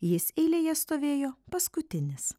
jis eilėje stovėjo paskutinis